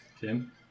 Tim